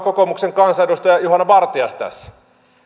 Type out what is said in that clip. kokoomuksen kansanedustaja juhana vartiaista tässä